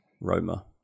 Roma